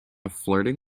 flirting